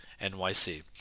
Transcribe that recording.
NYC